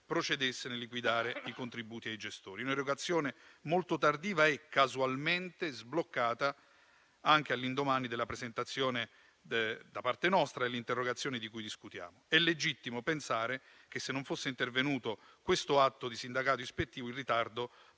procedesse nel liquidare i contributi ai gestori. Un'erogazione molto tardiva e casualmente sbloccata anche all'indomani della presentazione da parte nostra dell'interrogazione di cui discutiamo. È legittimo pensare che se non fosse intervenuto questo atto di sindacato ispettivo il ritardo